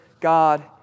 God